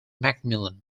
macmillan